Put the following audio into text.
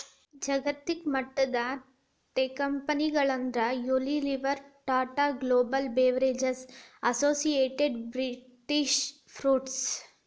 ಜಾಗತಿಕಮಟ್ಟದ ಟೇಕಂಪೆನಿಗಳಂದ್ರ Unilever, Tata global beverages, associated British foods